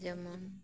ᱡᱮᱢᱚᱱ